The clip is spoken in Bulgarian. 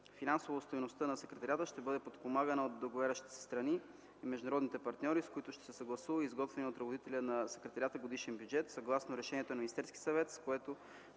Финансово дейността на Секретариата ще бъде подпомагана от договарящите страни и международните партньори, с които ще се съгласува изготвеният от ръководителя на Секретариата годишен бюджет. Съгласно решението на Министерския съвет, с което